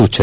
ಸೂಚನೆ